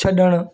छॾणु